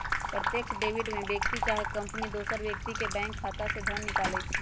प्रत्यक्ष डेबिट में व्यक्ति चाहे कंपनी दोसर व्यक्ति के बैंक खता से धन निकालइ छै